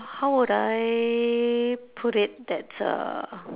how would I put it that's uh